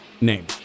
name